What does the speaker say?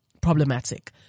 problematic